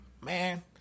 Man